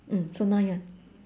mm so now your